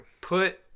Put